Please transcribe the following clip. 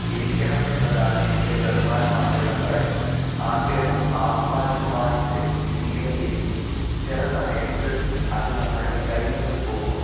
ഇരിക്കണം എന്നതാണ് ഇതിൻ്റെ പ്രധാനമായിട്ടുള്ള കാര്യം ആഗ്രഹം ആത്മാർഥമായിട്ട് ഇല്ലെങ്കിൽ ചില സമയത്ത് അത് നമ്മളുടെ കയ്യിൽ നിന്ന് പോകും